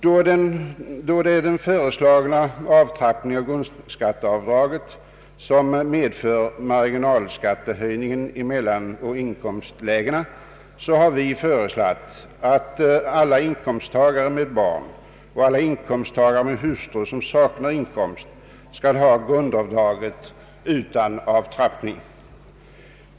Eftersom den föreslagna avtrappningen av grundavdraget medför marginalskattehöjningar i mellaninkomstlägen har vi föreslagit att alla inkomsttagare med barn samt alla inkomsttagare med hustru som saknar inkomst skall få grundavdraget utan avtrappning.